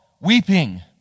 weeping